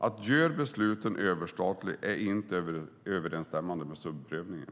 Att göra besluten överstatliga är inte i överensstämmelse med subsidiaritetsprövningen.